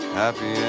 happy